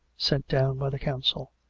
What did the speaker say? sent down by the council.